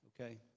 okay